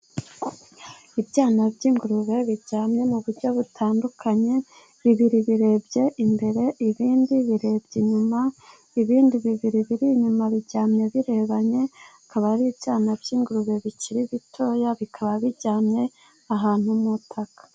Ibyana by'ingurube biryamye mu buryo butandukanye, bibiri birebye imbere, ibindi birebye inyuma, ibindi bibiri biri inyuma biryamye birebanye ,bikaba ari ibyana by'ingurube bikiri bitoya, bikaba biryamye ahantu mu itaka.